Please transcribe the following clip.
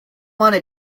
wanna